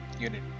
unit